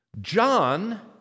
John